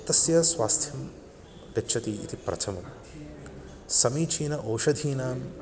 तस्य स्वास्थ्यं गच्छति इति प्रथमं समीचीनानाम् औषधीनां